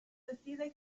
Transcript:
decide